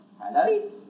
Hello